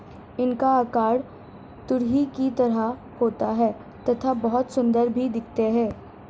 इनका आकार तुरही की तरह होता है तथा बहुत सुंदर भी दिखते है